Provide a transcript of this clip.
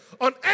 on